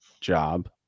job